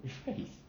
rephrase